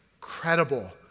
credible